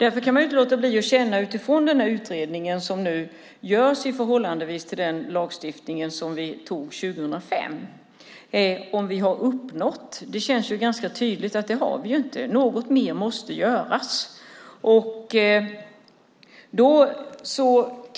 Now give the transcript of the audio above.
Nu görs det en utredning av om vi genom den lagstiftning som vi antog 2005 har uppnått detta. Det känns ganska tydligt att vi inte har gjort det. Något mer måste göras.